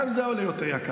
גם אם זה היה יותר יקר,